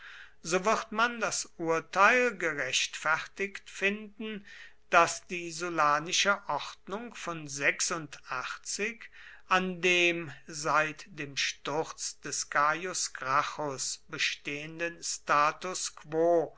so wird man das urteil gerechtfertigt finden daß die sullanische ordnung von an dem seit dem sturz des gaius gracchus bestehenden status quo